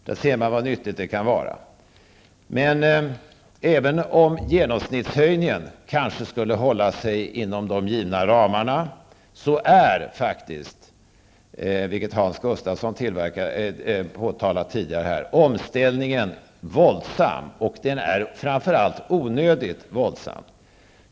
Där ser man vad nyttigt det kan vara. Även om genomsnittshöjningen skulle hålla sig inom de givna ramarna, är -- vilket Hans Gustafsson tidigare har påtalat -- dock omställningen våldsam, onödigt våldsam.